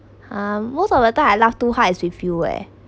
um most of the time I laugh too hard is with you eh